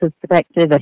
perspective